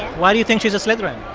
why do you think she's a slytherin?